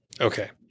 Okay